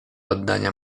oddania